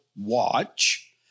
watch